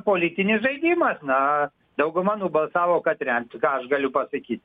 politinis žaidimas na dauguma nubalsavo kad remti ką aš galiu pasakyt